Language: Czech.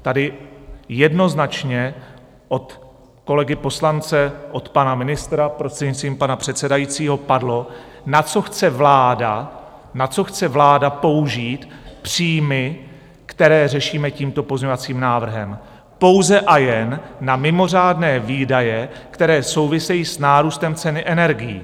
Tady jednoznačně od kolegy poslance, od pana ministra, prostřednictvím pana předsedajícího, padlo, na co chce vláda použít příjmy, které řešíme tímto pozměňovacím návrhem: pouze a jen na mimořádné výdaje, které souvisejí s nárůstem ceny energií.